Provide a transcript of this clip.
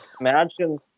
imagine